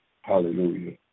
hallelujah